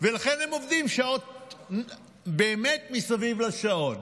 לכן הם עובדים שעות באמת מסביב לשעון.